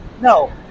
No